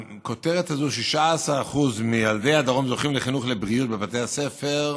הזו: 16% מילדי הדרום זוכים לחינוך לבריאות בבתי הספר,